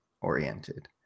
oriented